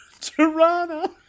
Tirana